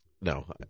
No